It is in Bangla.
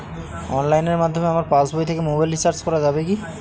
অনলাইনের মাধ্যমে আমার পাসবই থেকে মোবাইল রিচার্জ করা যাবে কি?